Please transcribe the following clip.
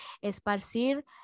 esparcir